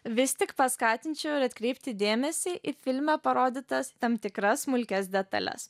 vis tik paskatinčiau ir atkreipti dėmesį į filme parodytas tam tikras smulkias detales